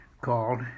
called